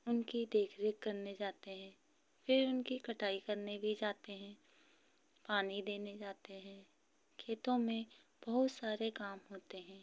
उनकी देख रेख करने जाते हैं फिर उनकी कटाई करने भी जाते हैं पानी देने जाते हैं खेतों में बहुत सारे काम होते हैं